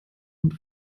und